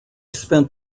spent